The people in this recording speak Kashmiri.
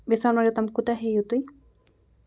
بیٚیہِ سۄنہٕ مرگ تام کوٗتاہ ہیٚیِو تُہۍ